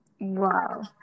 wow